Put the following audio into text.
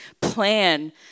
plan